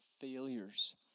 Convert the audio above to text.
failures